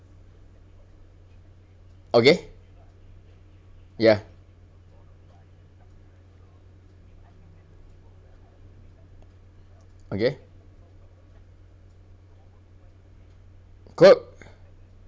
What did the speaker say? okay ya okay good